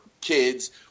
kids